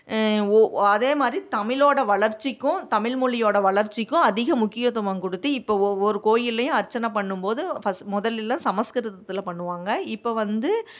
ஓ அதேமாதிரி தமிழோடய வளர்ச்சிக்கும் தமிழ்மொழியோடய வளர்ச்சிக்கும் அதிக முக்கியத்துவம் கொடுத்து இப்போ ஒவ்வொரு கோயில்லேயும் அர்ச்சனை பண்ணும்போது ஃபஸ் முதல்ல சமஸ்கிருதத்தில் பண்ணுவாங்க இப்போ வந்து